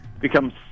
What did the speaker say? becomes